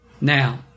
Now